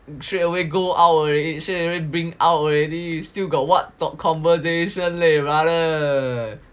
straight away go out straight away bring out already still got what talk conversation leh brother